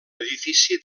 edifici